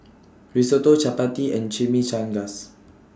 Risotto Chapati and Chimichangas